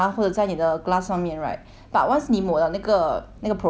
but once 你抹了那个那个 product 之后 right 他就不会粘到